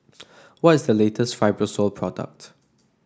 what is the latest Fibrosol product